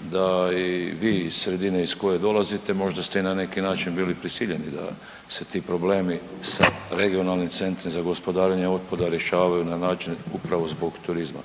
da i vi iz sredine iz koje dolazite možda ste i na neki način bili prisiljeni da se ti problemi sa regionalni centri za gospodarenje otpada rješavaju na način upravo zbog turizma.